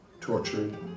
tortured